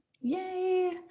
Yay